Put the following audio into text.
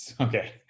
Okay